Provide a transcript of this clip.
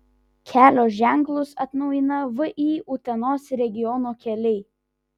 kelio ženklus atnaujina vį utenos regiono keliai